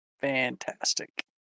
Fantastic